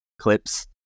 clips